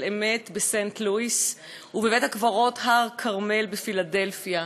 אמת" בסנט-לואיס ובבית-הקברות "הר כרמל" בפילדלפיה.